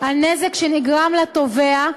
על נזק שנגרם לתובע,